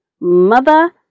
Mother